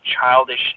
childish